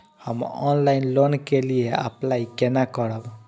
हम online loan के लिए अप्लाई केना करब?